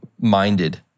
minded